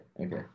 Okay